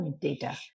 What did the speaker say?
data